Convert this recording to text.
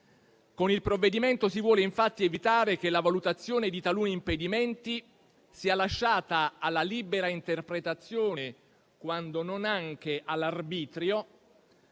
Con il provvedimento si vuole infatti evitare che la valutazione di taluni impedimenti sia lasciata alla libera interpretazione, quando non anche all'arbitrio,